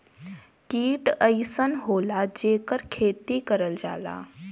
कीट अइसन होला जेकर खेती करल जाला